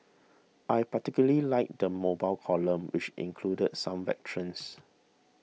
I particularly liked the mobile column which included some veterans